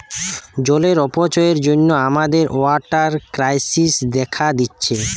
জলের অপচয়ের জন্যে আমাদের ওয়াটার ক্রাইসিস দেখা দিচ্ছে